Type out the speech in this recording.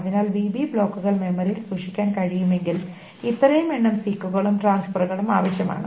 അതിനാൽ bb ബ്ലോക്കുകൾ മെമ്മറിയിൽ സൂക്ഷിക്കാൻ കഴിയുമെങ്കിൽ ഇത്രയും എണ്ണം സീക്കുകളും ട്രാൻസ്ഫെറുകളും ആവശ്യമാണ്